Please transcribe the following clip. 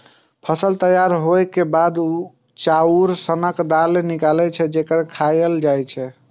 फसल तैयार होइ के बाद चाउर सनक दाना निकलै छै, जे खायल जाए छै